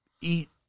eat